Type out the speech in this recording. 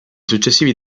successivi